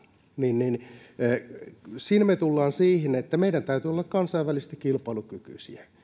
niin niin siinä me tulemme siihen että meidän täytyy olla kansainvälisesti kilpailukykyisiä